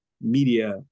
media